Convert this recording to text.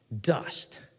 Dust